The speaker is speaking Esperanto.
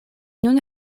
nun